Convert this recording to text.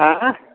आएँह